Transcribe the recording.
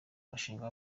mushinga